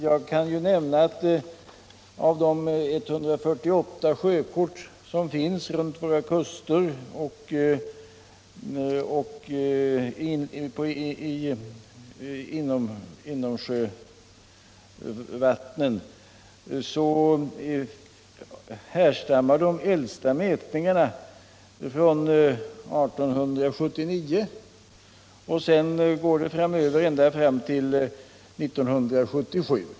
Jag kan nämna att när det gäller de 148 sjökort som finns över vattnen runt våra kuster och i de större insjöarna härstammar de äldsta mätningarna från 1879. Sedan har mätningar verkställts successivt ända fram till 1977.